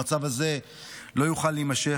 המצב הזה לא יוכל להימשך,